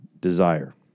Desire